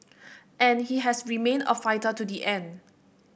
and he has remained a fighter to the end